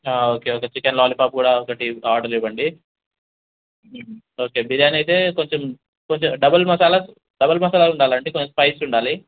okay okay chicken lollipop కూడా ఒకటి order ఇవ్వండి ఓకే బిర్యానీ అయితే కొంచెం కొంచెం డబుల్ మసాలా డబుల్ మసాలా ఉండాలండి కొంచెం స్పైసీ ఉండాలి